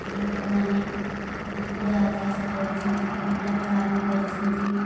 ଲୋକମାନେ କୁକୁଡ଼ା ଚାଷ କରୁଛନ୍ତି କୁକୁଡ଼ା ଫାର୍ମ୍ କରିଛନ୍ତି